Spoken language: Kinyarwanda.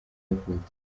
yavutse